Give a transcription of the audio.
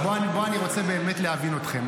אני רוצה באמת להבין אתכם.